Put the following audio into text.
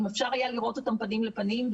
אם אפשר היה לראות אותם פנים אל פנים,